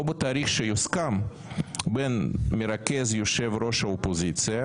בתאריך שיוסכם בין מרכז יושב ראש האופוזיציה,